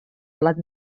plat